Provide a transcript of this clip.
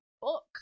book